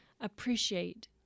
appreciate